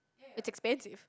it's expensive